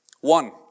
One